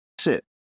sit